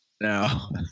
No